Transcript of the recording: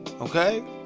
Okay